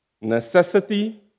Necessity